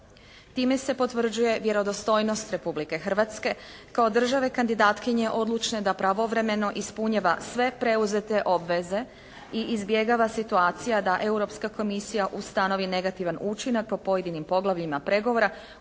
Time se potvrđuje vjerodostojnost Republike Hrvatske kao države kandidatkinje odlučne da pravovremeno ispunjava sve preuzete obveze i izbjegava situacija da Europska komisija ustanovi negativan učinak po pojedinim poglavljima pregovora